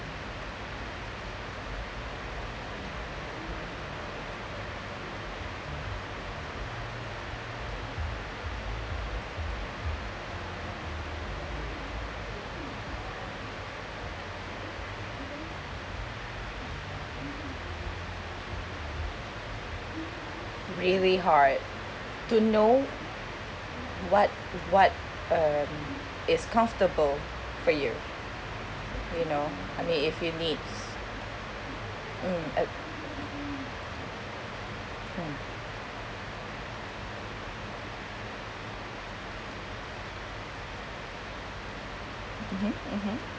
really hard to know what what um is comfortable for you you know I mean if you needs mm mmhmm mmhmm